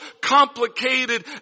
complicated